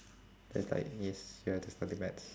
that's like yes you have to study maths